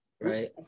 Right